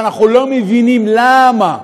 ואנחנו לא מבינים למה.